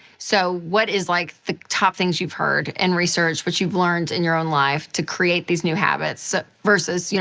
so, what are like the top things you've heard and researched, what you've learned in your own life to create these new habits ah versus, yeah